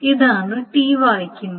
ഇതാണ് ടി വായിക്കുന്നത്